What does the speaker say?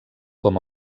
com